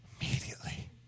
immediately